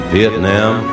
Vietnam